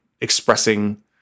expressing